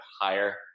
higher